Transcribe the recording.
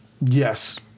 Yes